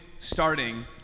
starting